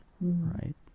right